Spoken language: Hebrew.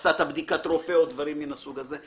עשה את בדיקת הרופא או דברים מן הסוג הזה.